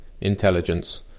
intelligence